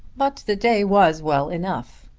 but the day was well enough.